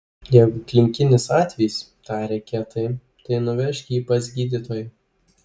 jeigu klinikinis atvejis tarė kietai tai nuvežk jį pas gydytoją